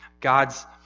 God's